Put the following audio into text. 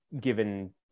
given